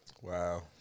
Wow